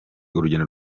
urugendo